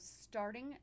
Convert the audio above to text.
starting